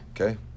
okay